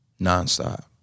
Nonstop